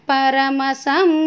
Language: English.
Paramasam